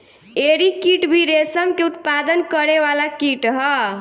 एरी कीट भी रेशम के उत्पादन करे वाला कीट ह